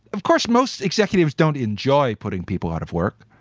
of course, most executives don't enjoy putting people out of work,